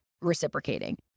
reciprocating